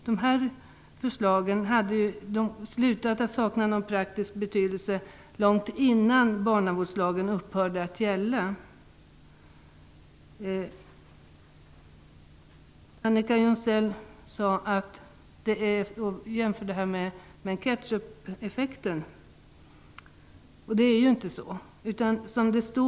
Dessa stadganden hade upphört att ha någon praktisk betydelse långt innan barnavårdslagen upphörde att gälla. Annika Jonsell talade här om en ketchupeffekt, men det är inte fråga om någon sådan.